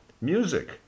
music